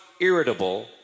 irritable